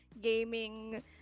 gaming